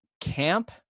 camp